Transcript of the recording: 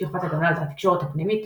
שכבת הגנה על התקשורת הפנימית,